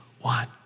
one